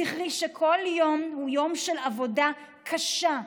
זכרי שכל יום הוא יום של עבודה קשה,